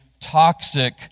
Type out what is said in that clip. toxic